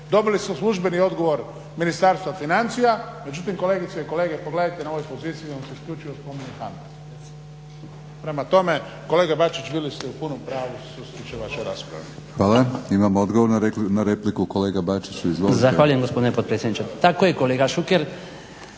Dobili su službeni odgovor Ministarstva financija. Međutim kolegice i kolege pogledajte na ovoj poziciji se isključivo spominje HANDA prema tome kolega Bačić bili ste u punom pravu što se tiče vaše rasprave. **Batinić, Milorad (HNS)** Imamo odgovor na repliku. Kolega Bačiću izvolite. **Bačić, Branko (HDZ)** Zahvaljujem gospodine potpredsjedniče. Tako je kolega Šuker.